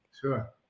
sure